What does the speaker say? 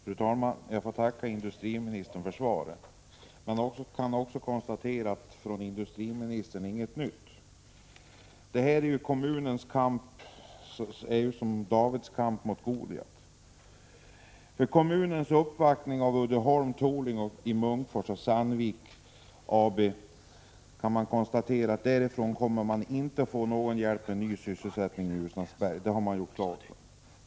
Fru talman! Jag får tacka industriministern för svaret. Jag konstaterar: från industriministern intet nytt. Ljusnarsbergs kommuns kamp är som Davids kamp mot Goliat. Efter kommunens uppvaktning av Uddeholm Tooling i Munkfors och Sandvik AB kan man konstatera att därifrån kommer ingen hjälp med ny sysselsättning i Ljusnarsberg — det har gjorts klart.